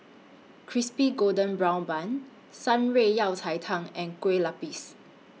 Crispy Golden Brown Bun Shan Rui Yao Cai Tang and Kueh Lapis